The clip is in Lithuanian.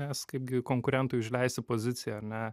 nes kaipgi konkurentui užleisti poziciją ar ne